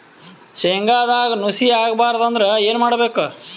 ಶೇಂಗದಾಗ ನುಸಿ ಆಗಬಾರದು ಅಂದ್ರ ಏನು ಮಾಡಬೇಕು?